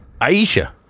aisha